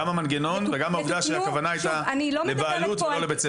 גם המנגנון וגם העובדה שהכוונה הייתה לבעלות ולא לבית ספר.